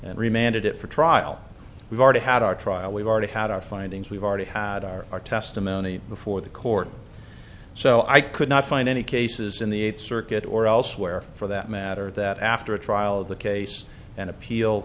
and re mandate it for trial we've already had our trial we've already had our findings we've already had our testimony before the court so i could not find any cases in the eighth circuit or elsewhere for that matter that after a trial of the case an appeal